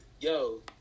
yo